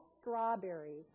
strawberries